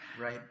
Right